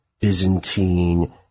Byzantine